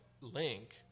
link